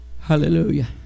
Hallelujah